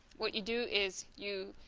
what you do is you